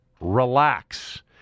Relax